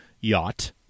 yacht